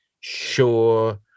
sure